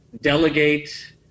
delegate